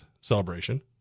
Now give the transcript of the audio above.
celebration